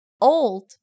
Old